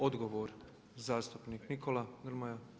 Odgovor zastupnik Nikola Grmoja?